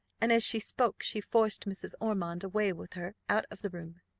and as she spoke she forced mrs. ormond away with her out of the room.